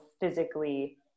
physically